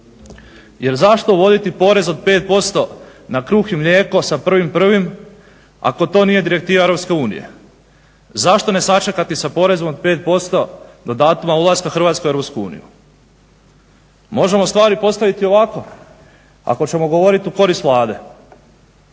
jer zašto uvoditi porez od 5% na kruh i mlijeko sa 1.1. ako to nije direktiva Europske unije. Zašto ne sačekati sa porezom od 5% do datuma ulaska Hrvatske u Europsku uniju? Možemo stvari postaviti ovako, ako ćemo govorit u korist Vlade.